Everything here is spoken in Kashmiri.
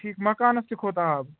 ٹھیٖک مکانَس تہِ کھوت آب